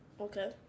Okay